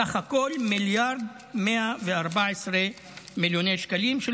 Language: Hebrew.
סך הכול מיליארד ו-114 מיליוני שקלים,